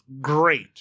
great